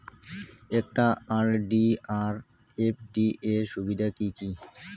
একটা আর.ডি আর এফ.ডি এর সুবিধা কি কি?